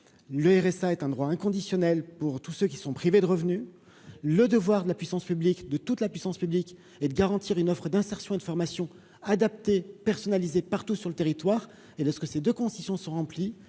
le RSA est un droit inconditionnel pour tous ceux qui sont privés de revenus, le devoir de la puissance publique de toute la puissance publique et de garantir une offre d'insertion et de formation adaptée personnalisée partout sur le territoire et de ce que ces de concision sont remplies,